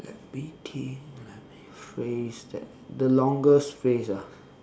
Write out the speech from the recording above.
let me think let me phrase that the longest phrase ah